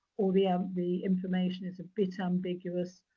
or the um the information is a bit ambiguous,